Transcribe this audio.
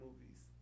movies